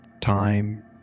time